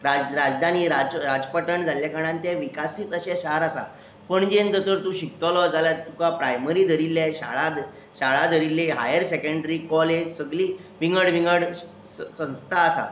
राज राजधानी राजपटण जाल्ल्या कारणान तें विकसीत अशें शार आसा पणजेन जर तूं शिकतलो जाल्यार तुका प्रायमरी धरिल्ले शाळा शाळा धरिल्ली हायर सेकेंडरी कॉलेज सगळी विंगड विंगड सं संस्था आसा